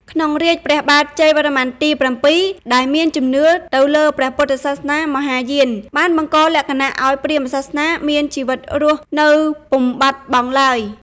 ក្នុងរាជ្យព្រះបាទជ័យវរ្ម័នទី៧ ដែលមានជំនឿទៅលើព្រះពុទ្ធសាសនាមហាយាន បានបង្កលក្ខណៈឱ្យព្រាហ្មណ៍សាសនាមានជីវិតរស់នៅពុំបាត់បង់ឡើយ។